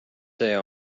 see